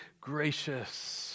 gracious